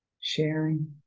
sharing